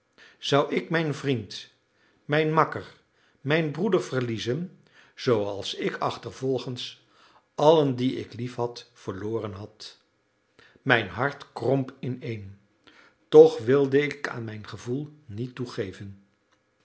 zou ik mijn vriend mijn makker mijn broeder verliezen zooals ik achtervolgens allen die ik liefhad verloren had mijn hart kromp ineen toch wilde ik aan mijn gevoel niet toegeven